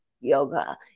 yoga